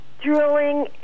Drilling